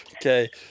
Okay